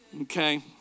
Okay